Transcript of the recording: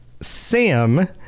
Sam